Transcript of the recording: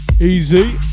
Easy